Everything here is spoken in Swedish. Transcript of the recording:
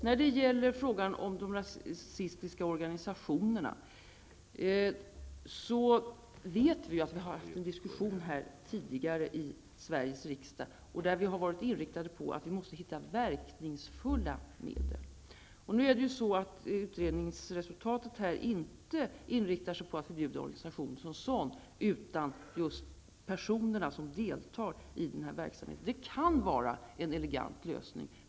Vi vet att vi har fört en diskussion tidigare i Sveriges riksdag om de rasistiska organisationerna, där vi har varit inriktade på att vi måste hitta verkningsfulla medel. Utredningsresultatet är inte inriktat på att förbjuda organisationer som sådana utan just personerna som deltar i verksamheten. Det kan vara en elegant lösning.